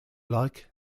like